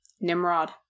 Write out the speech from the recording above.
Nimrod